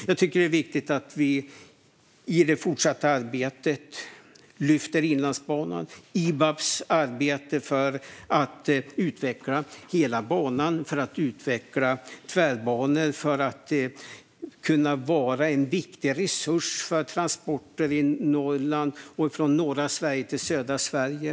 Jag tycker att det är viktigt att vi i det fortsatta arbetet lyfter Inlandsbanan och Ibaps arbete med att utveckla hela banan och att utveckla tvärbanor. Det handlar om att kunna vara en viktig resurs för transporter i Norrland och transporter från norra Sverige till södra Sverige.